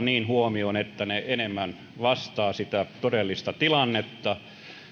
niin että ne enemmän vastaavat sitä todellista tilannetta